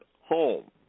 home